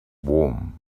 warm